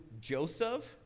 Joseph